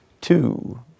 Two